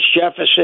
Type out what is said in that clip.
Jefferson